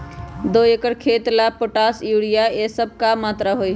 दो एकर खेत के ला पोटाश, यूरिया ये सब का मात्रा होई?